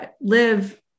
live